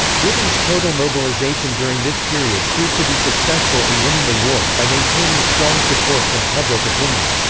britain's total mobilisation during this period proved to be successful in winning the war, by maintaining strong support from public opinion.